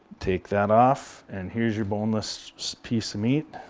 take that off, and here's your boneless so piece of meat.